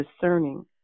discerning